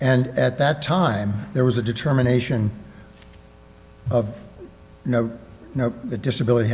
and at that time there was a determination no you know the disability